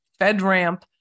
FedRAMP